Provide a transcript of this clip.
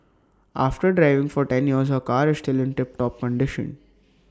after driving for ten years her car is still in tip top condition